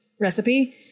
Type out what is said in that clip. recipe